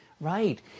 Right